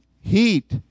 heat